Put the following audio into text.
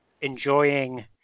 enjoying